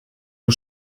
der